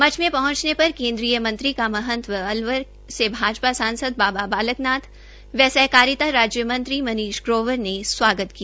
मठ में पहंचने पर केन्द्रीय मंत्री का मंहत व अलवर से भाजपा सांसद बाबा बालक नाथ व सहकारिता मंत्री ग्रोवर ने स्वागत किया